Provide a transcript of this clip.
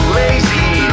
lazy